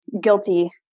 guilty